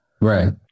Right